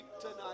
tonight